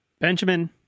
Benjamin